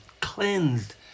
cleansed